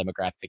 demographic